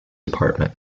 department